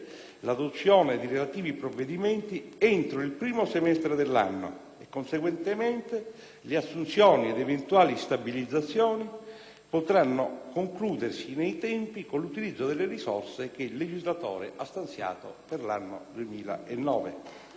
l'adozione dei relativi provvedimenti entro il primo semestre dell'anno e, conseguentemente, le assunzioni ed eventuali stabilizzazioni potranno concludersi nei tempi con l'utilizzo delle risorse che il legislatore ha stanziato per l'anno 2009.